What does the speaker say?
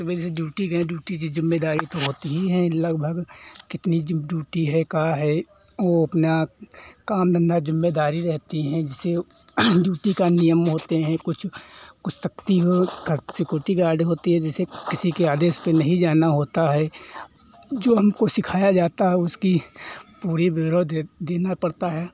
सुबह जैसे ड्यूटी के लिए ड्यूटी की जिम्मेदारी तो होती ही है लगभग कितनी जो ड्यूटी है का है वह अपना काम धन्धा जिम्मेदारी रहती है जिसे ड्यूटी के नियम होते हैं कुछ कुछ सख्ती हो अब सिक्योरिटी गार्ड होती है जैसे किसी के आदेश पर नहीं जाना होता है जो हमको सिखाया जाता है उसका पूरा ब्योरा दी देना पड़ता है